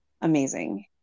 amazing